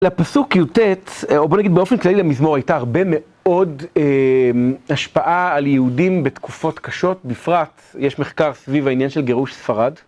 לפסוק י"ט, או בוא נגיד באופן כללי למזמור, הייתה הרבה מאוד השפעה על יהודים בתקופות קשות, בפרט, יש מחקר סביב העניין של גירוש ספרד